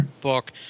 book